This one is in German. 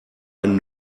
einen